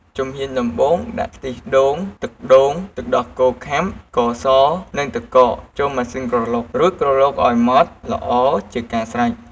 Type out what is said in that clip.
ជំហានដំបូង ដាក់ខ្ទិះដូង ទឹកដូង ទឹកដោះគោខាប់ ស្ករស និងទឹកកកចូលម៉ាស៊ីនក្រឡុក រួចក្រឡុកឲ្យម៉ដ្ឋល្អជាការស្រេច។